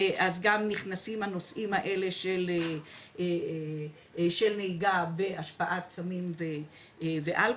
אז גם נכנסים הנושאים האלה של נהיגה בהשפעת סמים ואלכוהול,